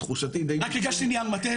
רק הגשתי נייר לוועדה,